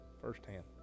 firsthand